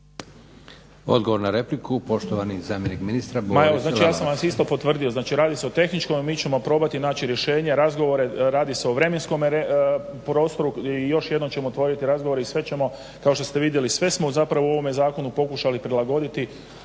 Odgovor na repliku, poštovani zamjenik ministra